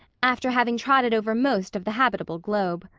after having trotted over most of the habitable globe.